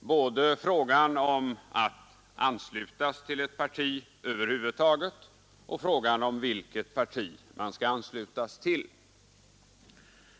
både frågan om att anslutas till ett parti över huvud taget och frågan om vilket parti man skall anslutas till.